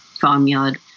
farmyard